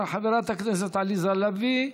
חברת הכנסת עליזה לביא,